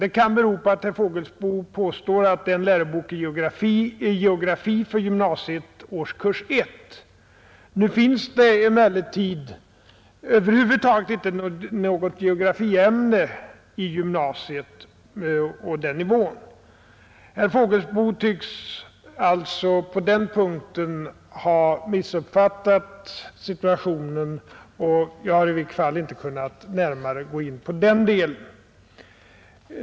Detta kan bero på att herr Fågelsbo påstått att det är en lärobok i geografi för gymnasiets årskurs 1, och det finns över huvud taget inte något geografiämne i gymnasiet på den nivån. På den punkten tycks alltså herr Fågelsbo ha missuppfattat situationen. I vilket fall som helst har jag inte kunnat närmare ingå på den delen.